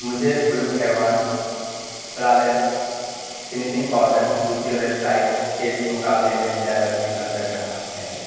مجھے بلیو حیوان flawless finishing powder دوسری ویب سائٹ کے مقابلے میں زیادہ مہنگا لگ رہا ہے